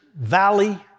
valley